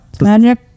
Magic